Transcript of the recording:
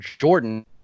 Jordan